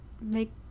make